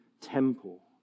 temple